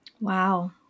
Wow